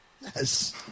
Yes